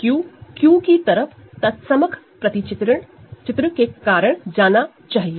Q Q की तरफ तत्समक मैप के कारण जाना चाहिए